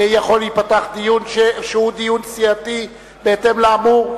יכול להיפתח דיון שהוא דיון סיעתי בהתאם לאמור.